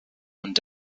und